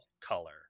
color